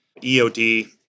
EOD